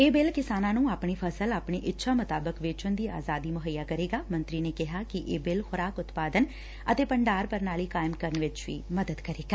ਇਹ ਬਿੱਲ ਕਿਸਾਨਾਂ ਨੁੰ ਆਪਣੀ ਫਸਲ ਆਪਣੀ ਇੱਛਾ ਮੁਤਾਬਿਕ ਵੇਚਣ ਦੀ ਆਜ਼ਾਦੀ ਮੁਹੱਈਆ ਕਰੇਗਾ ਮੰਤਰੀ ਨੇ ਕਿਹਾ ਕਿ ਇਹ ਬਿੱਲ ਖੁਰਾਕ ਉਤਪਾਦਨ ਅਤੇ ਭੰਡਾਰ ਪ੍ਰਣਾਲੀ ਕਾਇਮ ਕਰਨ ਚ ਮਦਦ ਕਰੇਗਾ